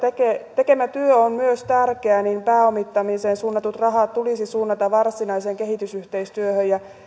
tekemä työ on myös tärkeä niin pääomittamiseen suunnatut rahat tulisi suunnata varsinaiseen kehitysyhteistyöhön